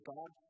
God